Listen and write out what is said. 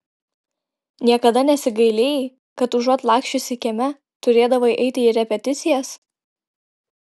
niekada nesigailėjai kad užuot laksčiusi kieme turėdavai eiti į repeticijas